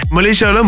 Malaysia